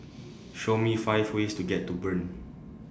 Show Me five ways to get to Bern